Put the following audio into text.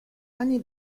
anni